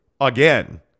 again